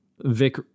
Vic